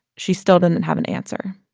she still didn't have an answer